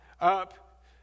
up